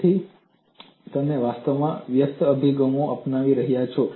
તેથી તમે વાસ્તવમાં વ્યસ્ત અભિગમ અપનાવી રહ્યા છો